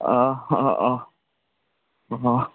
অঁ অঁ অঁ অঁ অঁ